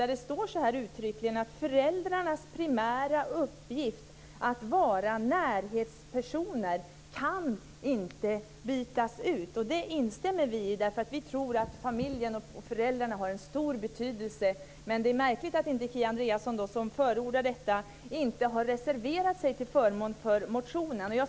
Där står uttryckligen "föräldrarnas primära uppgift att vara närhetspersoner kan inte bytas ut". Det instämmer vi i. Vi tror att familjen och föräldrarna har en stor betydelse. Det är märkligt att Kia Andreasson, som förordar detta, inte har reserverat sig till förmån för motionen.